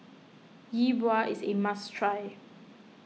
Yi Bua is a must try